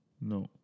No